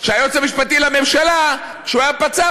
כשהיועץ המשפטי לממשלה היה פצ"ר,